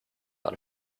out